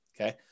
Okay